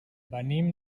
venim